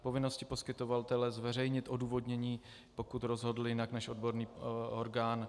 Povinnosti poskytovatele zveřejnit odůvodnění, pokud rozhodl jinak než odborný orgán.